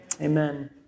amen